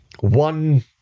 One